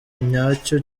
nyacyo